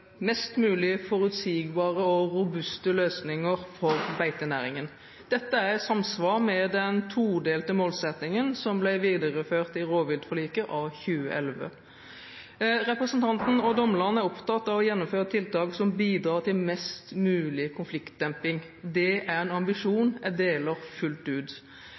mest mulig forutsigbare og robuste løsninger for beitenæringen. Dette er i samsvar med den todelte målsettingen som ble videreført i rovviltforliket av 2011. Representanten Odd Omland er opptatt av å gjennomføre tiltak som bidrar til mest mulig konfliktdemping. Det er en ambisjon jeg deler fullt ut.